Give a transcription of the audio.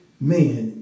man